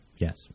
yes